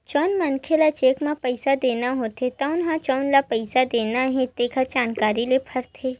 जउन मनखे ल चेक म पइसा देना होथे तउन ह जउन ल पइसा देना हे तेखर जानकारी ल भरथे